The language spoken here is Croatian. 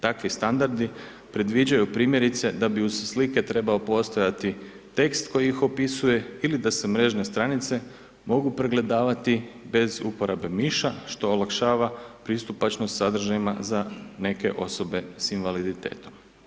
Takvi standardi predviđaju, primjerice, da bi uz slike trebao postojati tekst koji ih opisuje ili da se mrežne stranice mogu pregledavati bez uporabe miša, što olakšava pristupačnost sadržajima za neke osobe sa invaliditetom.